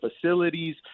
facilities